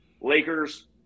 Lakers